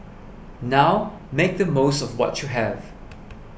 now make the most of what you have